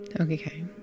Okay